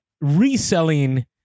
reselling